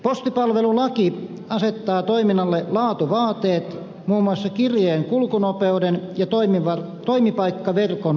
postipalvelulaki asettaa toiminnalle laatuvaateet muun muassa kirjeen kulkunopeuden ja toimipaikkaverkon laajuuden